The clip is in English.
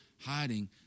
hiding